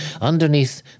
Underneath